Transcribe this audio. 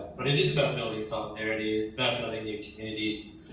but it is about building solidarity, about building the communities,